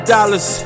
Dollars